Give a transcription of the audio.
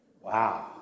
Wow